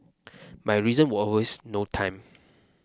my reason were always no time